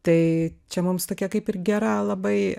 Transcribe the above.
tai čia mums tokia kaip ir gera labai